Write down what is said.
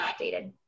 updated